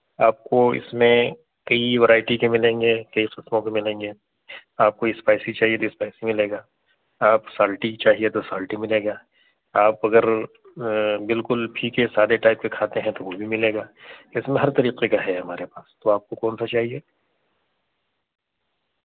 آپ کو اس میں کئی ورائٹی کے ملیں گے کئی قسموں کے ملیں گے آپ کو اسپائسی چاہیے تو اسپائسی ملے گا آپ سالٹی چاہیے تو سالٹی ملے گا آپ اگر بالکل پھیکے سادھے ٹائپ کے کھاتے ہیں تو وہ بھی ملے گا اس میں ہر طریقے کا ہے ہمارے پاس تو آپ کو کون سا چاہیے